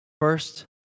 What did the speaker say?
first